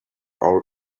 our